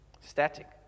static